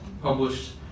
Published